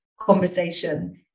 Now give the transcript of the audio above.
conversation